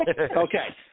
Okay